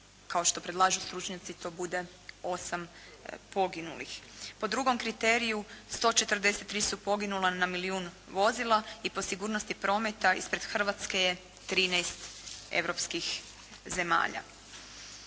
kao što predlažu stručnjaci to bude 8 poginulih. Po drugom kriteriju 143 su poginula na milijun vozila i po sigurnosti prometa ispred Hrvatske je 13 europskih zemalja.